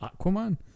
Aquaman